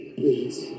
please